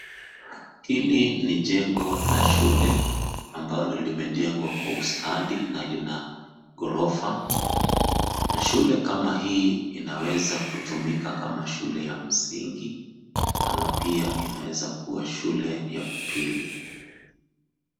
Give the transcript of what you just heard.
Hili ni jengo la shule ambapo limejengwa kwa ustadi na Lina ghorofa na shule kama hii linaweza kutumuka kama shule ya msingi ama pia inaweza kuwa shule ya upili.